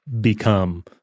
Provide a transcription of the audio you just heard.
become